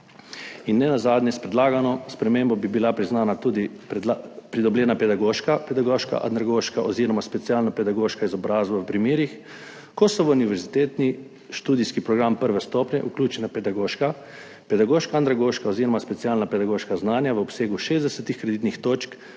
in nenazadnje, s predlagano spremembo bi bila priznana tudi pridobljena pedagoško andragoška oziroma specialno pedagoška izobrazba v primerih, ko so v univerzitetni študijski program prve stopnje vključena pedagoško andragoška oziroma specialno pedagoška znanja v obsegu 60 kreditnih točk